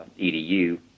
EDU